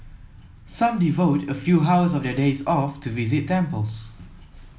some devote a few hours of their days off to visit temples